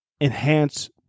enhance